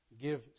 give